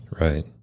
Right